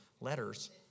letters